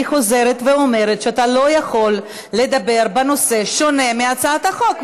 אני חוזרת ואומרת שאתה לא יכול לדבר בנושא שונה מהצעת החוק.